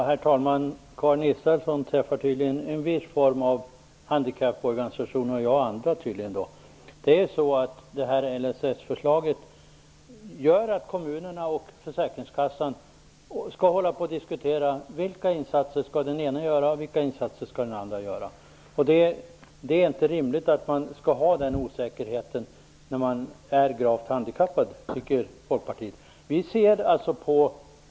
Herr talman! Karin Israelsson träffar tydligen en viss form av handikapporganisationer, och jag en annan form. LSS-förslaget gör att kommunerna och försäkringskassan måste hålla på och diskutera vilka insatser den ena och vilka insatser den andra skall göra. Denna osäkerhet är inte rimlig för den som är gravt handikappad, tycker Folkpartiet.